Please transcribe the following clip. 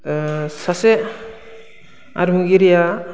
सासे आरिमुगिरिया